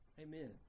Amen